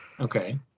Okay